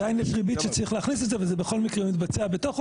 עדיין יש ריבית שצריך להכניס וזה בכל מקרה מתבצע בתוכו.